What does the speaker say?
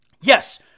yes